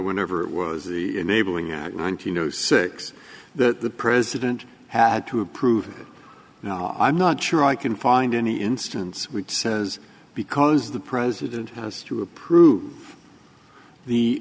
whenever it was the enabling act nine hundred six that the president had to approve now i'm not sure i can find any instance which says because the president has to approve the